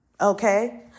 Okay